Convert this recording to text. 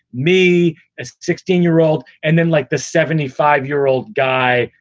me as sixteen year old and then like the seventy five year old guy,